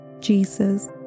Jesus